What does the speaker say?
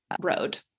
Road